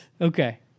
Okay